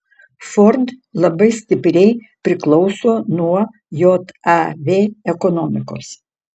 ford labai stipriai priklauso nuo jav ekonomikos